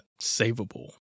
savable